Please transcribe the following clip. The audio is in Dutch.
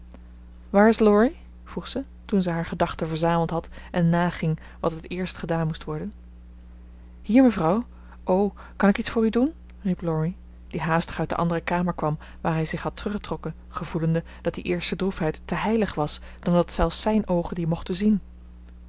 laurie vroeg ze toen ze haar gedachten verzameld had en naging wat het eerst gedaan moest worden hier mevrouw o kan ik iets voor u doen riep laurie die haastig uit de andere kamer kwam waar hij zich had teruggetrokken gevoelende dat die eerste droefheid te heilig was dan dat zelfs zijn oogen die mochten zien